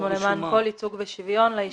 אנחנו למען כל ייצוג ושוויון לאישה העובדת.